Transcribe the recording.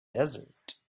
desert